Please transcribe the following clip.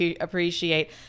appreciate